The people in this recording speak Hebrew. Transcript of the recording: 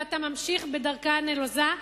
ואתה ממשיך בדרכה הנלוזה,